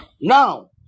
Now